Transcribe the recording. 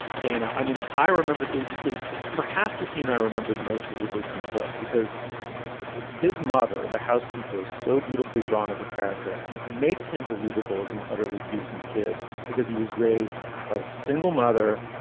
dana. i mean, i remember it was it was perhaps the scene i remembered most vividly from the book because his mother, the housekeeper, is so beautifully drawn as a character and it makes him believable as an utterly decent kid because he was raised by a single mother,